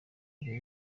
mbere